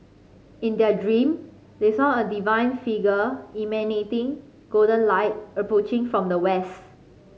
in their dream they saw a divine figure emanating golden light approaching from the west